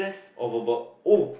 all about oh